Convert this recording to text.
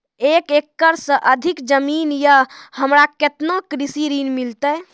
एक एकरऽ से अधिक जमीन या हमरा केतना कृषि ऋण मिलते?